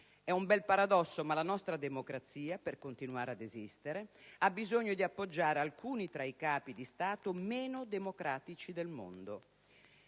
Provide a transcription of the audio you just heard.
È un bel paradosso, ma la nostra democrazia, per continuare ad esistere, ha bisogno di appoggiare alcuni tra i Capi di Stato meno democratici del mondo.